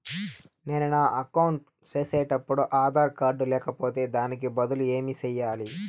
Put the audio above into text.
నేను నా అకౌంట్ సేసేటప్పుడు ఆధార్ కార్డు లేకపోతే దానికి బదులు ఏమి సెయ్యాలి?